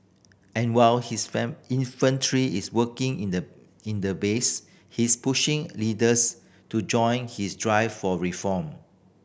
and while his infantry is working in the in the base he's pushing leaders to join his drive for reform